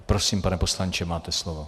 Prosím, pane poslanče, máte slovo.